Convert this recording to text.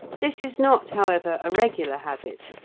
this is not, however, a regular habit,